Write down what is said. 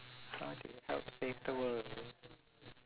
how do you help save the world